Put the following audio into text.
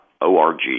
Org